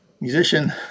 musician